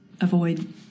avoid